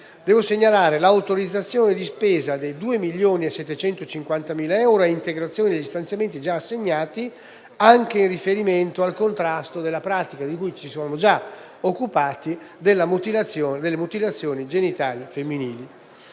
si segnala l'autorizzazione di spesa di 2 milioni e 750.000 euro ad integrazione degli stanziamenti già assegnati anche in riferimento al contrasto della pratica - di cui ci siamo già occupati - delle mutilazioni genitali femminili.